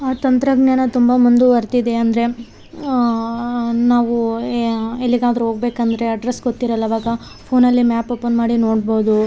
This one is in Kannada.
ಆ ತಂತ್ರಜ್ಞಾನ ತುಂಬ ಮುಂದುವರೆದಿದೆ ಅಂದರೆ ನಾವು ಎಲ್ಲಿಗಾದರು ಹೋಗ್ಬೇಕಂದ್ರೆ ಅಡ್ರೆಸ್ಸ್ ಗೊತ್ತಿರೊಲ್ಲ ಆವಾಗ ಫೋನಲ್ಲೇ ಮ್ಯಾಪ್ ಓಪನ್ ಮಾಡಿ ನೋಡ್ಬೋದು